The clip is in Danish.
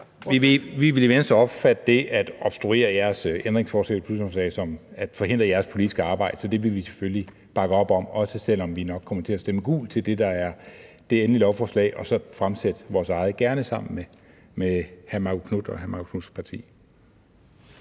Vi vil i Venstre opfatte det at obstruere jeres ændringsforslag til beslutningsforslaget som at forhindre jeres politiske arbejde, så det vil vi selvfølgelig bakke op om, også selv om vi nok kommer til at stemme gult til det, der er det endelige beslutningsforslag, og så fremsætte vores eget, gerne sammen med hr. Marcus Knuth og hr. Marcus Knuths parti.